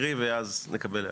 זה דבר אחד.